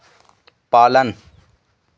पालन